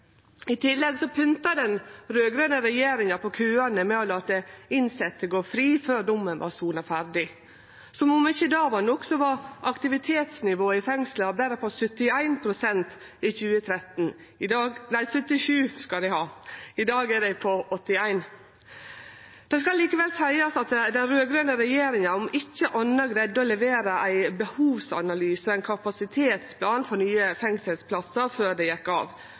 I tillegg pynta den raud-grøne regjeringa på køane ved å late innsette gå fri før dommen var sona ferdig. Som om ikkje det var nok, var aktivitetsnivået i fengsla berre 77 pst. i 2013. I dag er det 81 pst. Det skal likevel seiast at den raud-grøne regjeringa, om ikkje anna, greidde å levere ein behovsanalyse og ein kapasitetsplan for nye fengselsplassar før dei gjekk av,